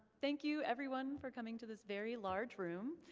thank you everyone for coming to this very large room,